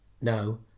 no